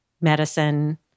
medicine